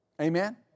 Amen